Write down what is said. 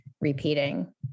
repeating